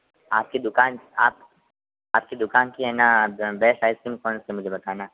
आपकी दुकान आप आपकी दुकान की है ना बेस्ट आइसक्रीम कौनसी है मुझे बताना